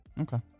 Okay